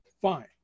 fine